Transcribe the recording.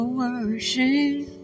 worship